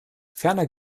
ferner